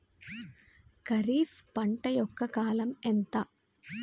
ఖరీఫ్ పంట యొక్క కాలం ఎంత?